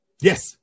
Yes